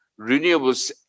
renewables